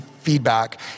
feedback